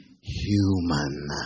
human